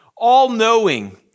all-knowing